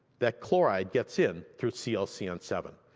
that chloride gets in through c l c n seven.